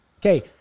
Okay